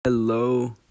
hello